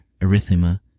erythema